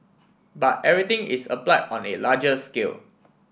but everything is applied on a larger scale